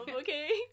okay